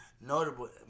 notable